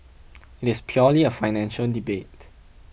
it is purely a financial debate